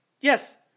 Yes